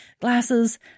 glasses